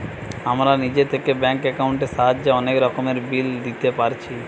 আমরা নিজে থিকে ব্যাঙ্ক একাউন্টের সাহায্যে অনেক রকমের বিল দিতে পারছি